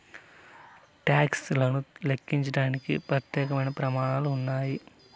talks లను లెక్కించడానికి ప్రత్యేకమైన ప్రమాణాలు ఉన్నాయి